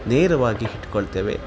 ನೇರವಾಗಿ ಇಟ್ಕೊಳ್ತೇವೆ